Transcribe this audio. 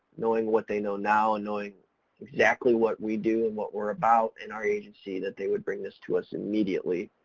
knowing what they know now, and knowing exactly what we do and what we're about in our agency that they would bring this to us immediately.